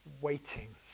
waiting